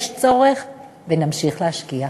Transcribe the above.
יש צורך ונמשיך להשקיע.